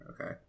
Okay